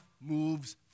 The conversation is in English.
moves